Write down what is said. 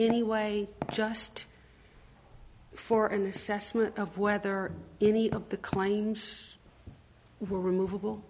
anyway just for an assessment of whether any of the claims were remova